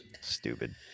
stupid